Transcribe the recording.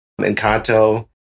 Encanto